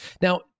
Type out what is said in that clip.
Now